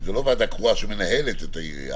אולי אפשר להגיד שהחברה רשאית לפנות אליו כדי לקבל את עמדתו.